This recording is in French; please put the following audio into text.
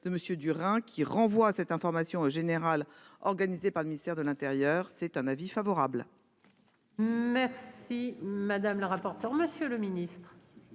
du Rhin qui renvoie cette information générale organisée par le ministère de l'Intérieur. C'est un avis favorable. Merci madame le rapporteur. Monsieur le ministre.